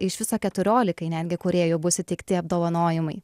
iš viso keturiolikai netgi kūrėjų bus įteikti apdovanojimai